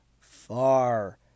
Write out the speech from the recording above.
far